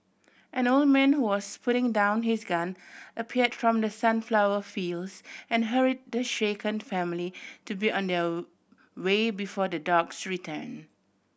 an old man who was putting down his gun appeared from the sunflower fields and hurry the shaken family to be on their way before the dogs return